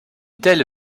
telle